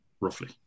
roughly